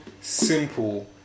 simple